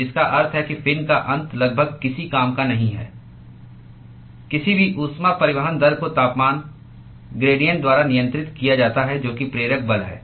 तो जिसका अर्थ है कि फिन का अंत लगभग किसी काम का नहीं है किसी भी ऊष्मा परिवहन दर को तापमान ग्रेडीअन्ट द्वारा नियंत्रित किया जाता है जो कि प्रेरक बल है